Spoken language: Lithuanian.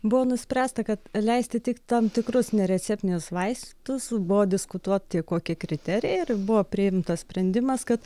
buvo nuspręsta kad leisti tik tam tikrus nereceptinius vaistus buvo diskutuoti kokie kriterijai ir buvo priimtas sprendimas kad